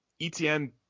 etn